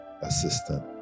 assistant